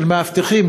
של מאבטחים,